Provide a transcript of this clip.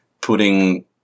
putting